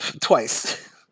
twice